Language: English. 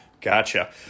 Gotcha